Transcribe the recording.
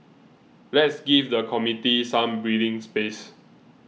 let's give the committee some breathing space